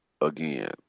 again